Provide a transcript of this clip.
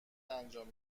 انجام